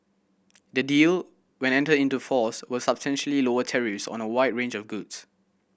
the deal when entered into force will substantially lower tariffs on a wide range of goods